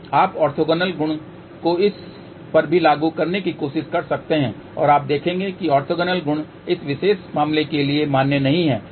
आप ऑर्थोगोनल गुण को इस पर भी लागू करने की कोशिश कर सकते हैं और आप देखेंगे कि ऑर्थोगोनल गुण इस विशेष मामले के लिए मान्य नहीं है